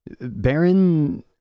Baron